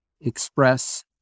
express